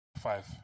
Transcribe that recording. Five